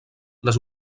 les